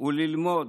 הוא ללמוד,